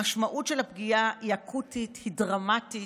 המשמעות של הפגיעה היא אקוטית, היא דרמטית.